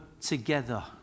together